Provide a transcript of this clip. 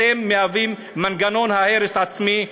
אתם מהווים מנגנון הרס עצמי,